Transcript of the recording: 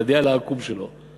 האידיאל העקום שלו.